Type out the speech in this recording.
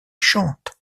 chante